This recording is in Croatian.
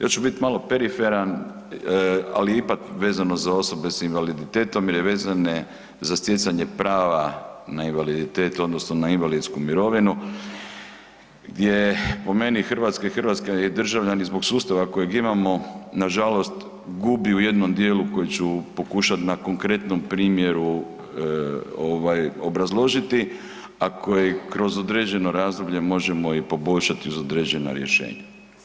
Ja ću bit malo periferan, ali ipak vezano za osobe sa invaliditetom jer je vezano za stjecanje prava na invaliditet odnosno na invalidsku mirovinu gdje po meni Hrvatska i hrvatski državljani zbog sustava kojeg imamo, nažalost gube u jednom djelu koji ću pokušat na konkretnom primjeru obrazložiti a koji kroz određeno razdoblje možemo i poboljšati uz određena rješenja.